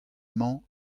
mañ